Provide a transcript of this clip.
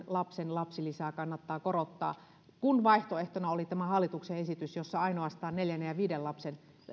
lapsen lapsilisää kannattaa korottaa kun vaihtoehtona oli tämä hallituksen esitys jossa ainoastaan neljännen